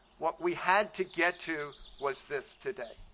what we had to get to was this today.